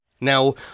Now